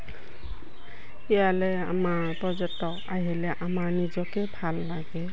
ইয়ালৈ আমাৰ পৰ্যটক আহিলে আমাৰ নিজকে ভাল লাগে